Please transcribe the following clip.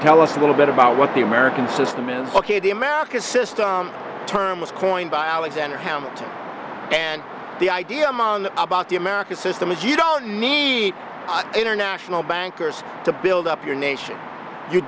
tell us a little bit about what the american system is ok the american system term was coined by alexander hamilton and the idea ma about the american system is you don't meet international bankers to build up your nation you